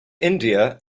india